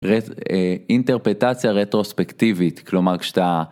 אינטרפטציה רטרוספקטיבית, כלומר, כשאתה...